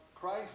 Christ